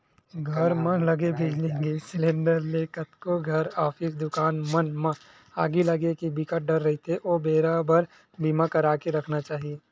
घर म लगे बिजली, गेस सिलेंडर ले कतको घर, ऑफिस, दुकान मन म आगी लगे के बिकट डर रहिथे ओ बेरा बर बीमा करा के रखना चाही